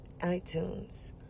iTunes